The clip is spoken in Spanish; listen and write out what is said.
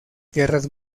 guerras